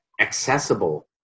accessible